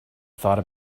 thought